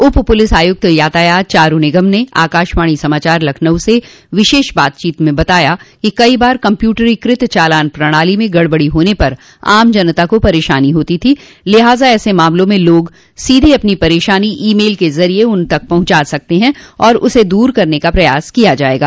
उप पुलिस आयुक्त यातायात चारू निगम ने आकाशवाणी समाचार लखनऊ से विशेष बातचीत में बताया कि कई बार कम्प्यूटरीकृत चालान प्रणाली में गड़बड़ी होने पर आम जनता को परेशानी होती थी लिहाजा ऐसे मामलों में लोग सीधे अपनी परेशानी ई मेल के जरिये उन तक पहुंचा सकते हैं और उसे दूर करने का प्रयास किया जायेगा